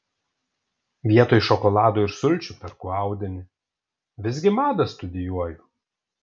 vietoj šokolado ir sulčių perku audinį visgi madą studijuoju